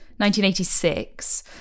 1986